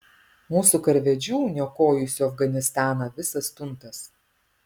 mūsų karvedžių niokojusių afganistaną visas tuntas